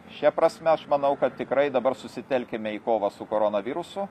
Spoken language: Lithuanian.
šia prasme aš manau kad tikrai dabar susitelkime į kovą su koronavirusu